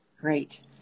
Great